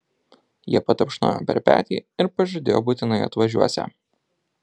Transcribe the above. jie patapšnojo per petį ir pažadėjo būtinai atvažiuosią